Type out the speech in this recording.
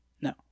No